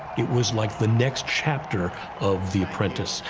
it was like the next chapter of the apprentice,